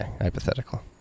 Hypothetical